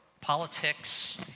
politics